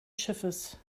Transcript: schiffes